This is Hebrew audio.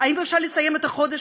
האם אפשר לסיים את החודש?